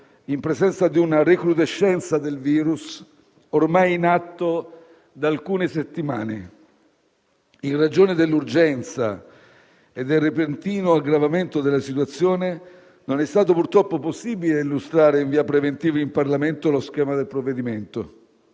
in presenza di una recrudescenza del virus ormai in atto da alcune settimane. In ragione dell'urgenza e del repentino aggravamento della situazione, non è stato purtroppo possibile illustrare in via preventiva in Parlamento lo schema del provvedimento.